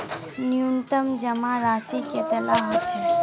न्यूनतम जमा राशि कतेला होचे?